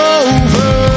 over